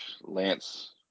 Lance